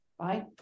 right